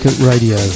radio